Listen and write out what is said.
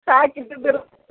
stock ಇದ್ದಿದ್ದಿರ